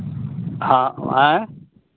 हाँ अएँ